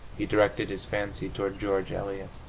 he directed his fancy toward george eliot,